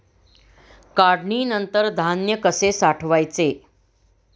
काढणीनंतर धान्य कसे साठवायचे?